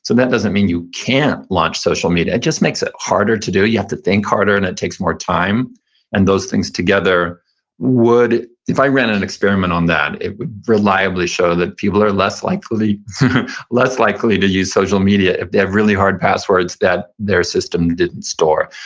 so that doesn't mean you can't launch social media. it just makes it harder to do. you have to think harder, and it takes more time and those things together would, if i ran an experiment on that, it would reliably show that people are less likely less likely to use social media if they have really hard passwords that their system didn't store.